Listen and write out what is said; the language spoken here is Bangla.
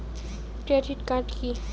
Credit card key?